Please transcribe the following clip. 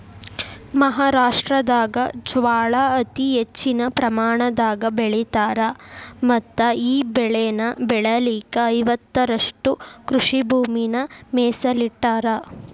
ಮಹಾರಾಷ್ಟ್ರದಾಗ ಜ್ವಾಳಾ ಅತಿ ಹೆಚ್ಚಿನ ಪ್ರಮಾಣದಾಗ ಬೆಳಿತಾರ ಮತ್ತಈ ಬೆಳೆನ ಬೆಳಿಲಿಕ ಐವತ್ತುರಷ್ಟು ಕೃಷಿಭೂಮಿನ ಮೇಸಲಿಟ್ಟರಾ